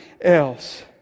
else